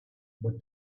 but